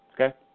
Okay